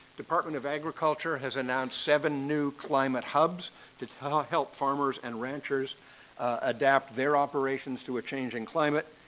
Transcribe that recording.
department of agriculture has announced seven new climate hubs to ah help farmers and ranchers adapt their operations to a changing climate.